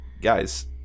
guys